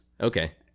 Okay